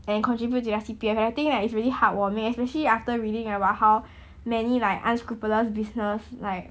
and contribute their C_P_F and I think that it's really heartwarming especially after reading about how many like unscrupulous business like